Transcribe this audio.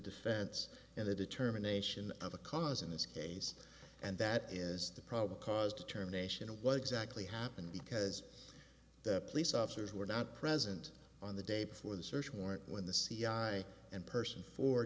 defense and the determination of the cause in this case and that is the probable cause to terminations what exactly happened because the police officers were not present on the day before the search warrant when the c i and person for